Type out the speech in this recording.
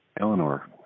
Eleanor